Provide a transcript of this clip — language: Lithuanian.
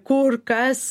kur kas